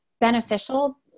beneficial